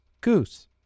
goose